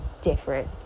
different